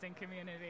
community